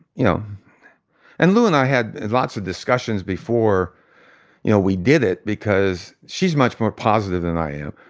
you know and lu and i had lots of discussions before you know we did it because she's much more positive than i am.